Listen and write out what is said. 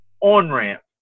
on-ramp